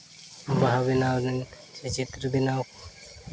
ᱵᱟᱦᱟ ᱵᱮᱱᱟᱣ ᱪᱮ ᱪᱤᱛᱟᱹᱨ ᱵᱮᱱᱟᱣ ᱠᱚ